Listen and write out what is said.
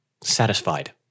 satisfied